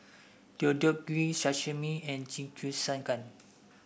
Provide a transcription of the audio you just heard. Deodeok Gui Sashimi and Jingisukan